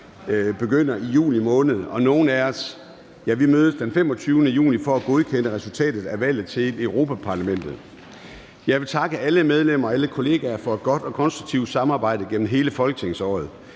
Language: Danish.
begynder i juni måned. Nogle af os mødes den 25. juni for at godkende resultatet af valget til Europa-Parlamentet. Jeg vil takke alle medlemmer og alle kollegaer for et godt og konstruktivt samarbejde gennem hele folketingsåret.